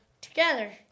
Together